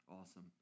Awesome